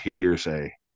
hearsay